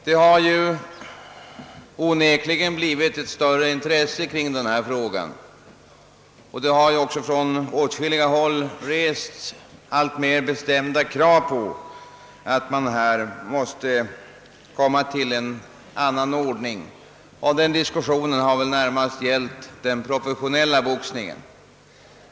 Det har onekligen visats allt större intresse för denna fråga, och det har från åtskilliga håll rests alltmer bestämda krav på att man måste komma fram till en annan ordning på detta område. Diskussionen har väl då närmast gällt den professionella boxningen.